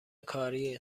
کاری